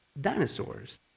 dinosaurs